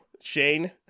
Shane